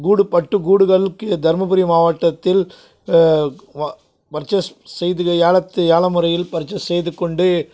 கூடு பட்டு கூடுகளுக்கு தர்மபுரி மாவட்டத்தில் பர்சேஸ் செய்து ஏல ஏல முறையில் பர்சேஸ் செய்து கொண்டு